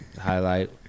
Highlight